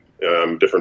different